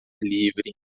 livre